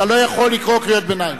אתה לא יכול לקרוא קריאות ביניים.